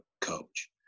coach